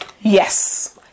yes